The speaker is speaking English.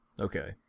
Okay